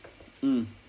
mm